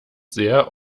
sehr